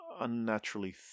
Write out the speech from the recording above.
unnaturally